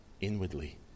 inwardly